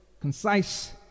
Concise